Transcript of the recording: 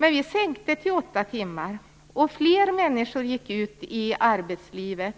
Men vi sänkte till åtta timmar, och fler människor gick ut i arbetslivet,